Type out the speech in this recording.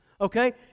Okay